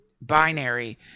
binary